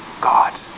God